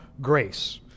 grace